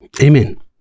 Amen